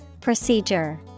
Procedure